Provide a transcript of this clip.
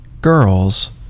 girls